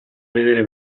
vedere